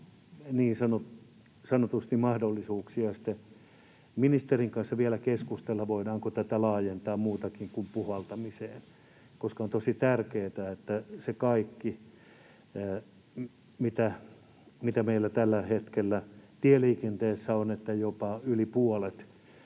niin sanotusti mahdollisuuksia ministerin kanssa vielä keskustella siitä, voidaanko tätä laajentaa muutenkin kuin puhaltamiseen, koska on tosi tärkeätä se kaikki, mitä meillä tällä hetkellä tieliikenteessä on, että jopa yli puolet